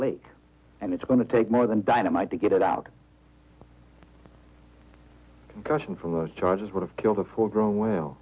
lake and it's going to take more than dynamite to get it out crushing from those charges would have killed a full grown will